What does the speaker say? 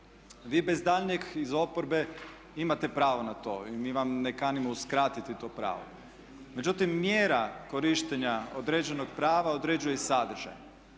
Vi bez daljnjeg iz oporbe imate pravo na to i mi vam ne kanimo uskratiti to pravo. Međutim mjera korištenja određenog prava određuje sadržaj.